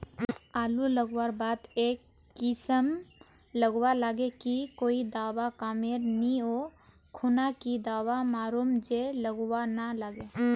आलू लगवार बात ए किसम गलवा लागे की कोई दावा कमेर नि ओ खुना की दावा मारूम जे गलवा ना लागे?